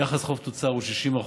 יחס החוב תוצר הוא 60%,